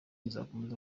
nzakomeza